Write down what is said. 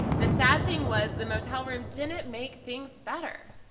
the sad thing was the motel room didn't make things better.